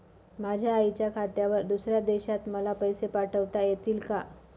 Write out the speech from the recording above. माझ्या आईच्या खात्यावर दुसऱ्या देशात मला पैसे पाठविता येतील का?